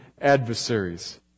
adversaries